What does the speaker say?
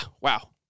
wow